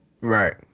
Right